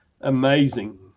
Amazing